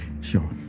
sure